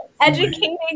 educating